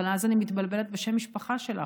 אבל אז אני מתבלבלת בשם המשפחה שלך,